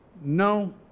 No